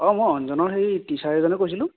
অঁ মই অঞ্জনৰ হেৰি টিচাৰ এজনে কৈছিলো